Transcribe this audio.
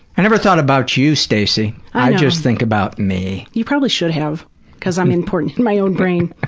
i never thought about you stacy, i just think about me. you probably should have because i am important in my own brain,